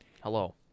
Hello